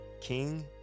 King